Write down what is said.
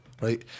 Right